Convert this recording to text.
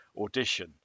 Audition